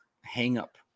hang-up